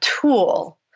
tool